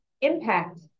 impact